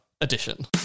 Edition